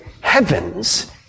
heavens